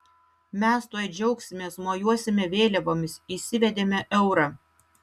mes tuoj džiaugsimės mojuosime vėliavomis įsivedėme eurą